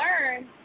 learn